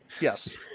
Yes